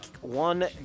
one